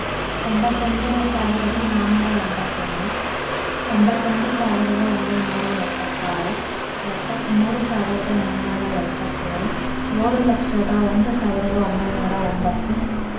ತೊಂಬತ್ತೊಂದು ಸಾವಿರದ ನಾನೂರ ಎಂಬತ್ತೊಂದು ಎಂಬತ್ತೊಂದು ಸಾವಿರದ ಒಂಬೈನೂರ ಎಪ್ಪತ್ತಾರು ಎಪತ್ತ್ಮೂರು ಸಾವಿರದ ಮೂನ್ನೂರ ಎಪ್ಪತ್ತೇಳು ಏಳು ಲಕ್ಷದ ಒಂದು ಸಾವಿರದ ಒಂಬೈನೂರ ಒಂಬತ್ತು